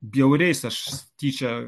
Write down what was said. bjauriais aš tyčia